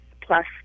plus